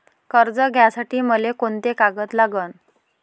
कर्ज घ्यासाठी मले कोंते कागद लागन?